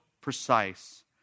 precise